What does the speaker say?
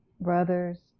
brothers